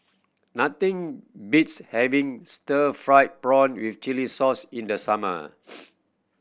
nothing beats having stir fried prawn with chili sauce in the summer